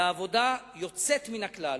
לעבודה יוצאת מן הכלל.